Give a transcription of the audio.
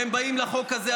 והם באים לחוק הזה,